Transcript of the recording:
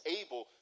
able